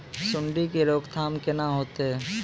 सुंडी के रोकथाम केना होतै?